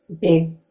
big